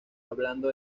hablando